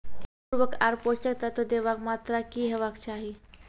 उर्वरक आर पोसक तत्व देवाक मात्राकी हेवाक चाही?